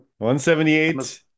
178